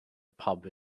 pub